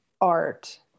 art